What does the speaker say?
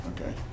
Okay